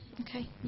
Okay